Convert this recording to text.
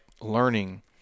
learning